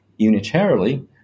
unitarily